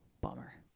Bummer